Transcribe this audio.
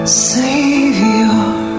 Savior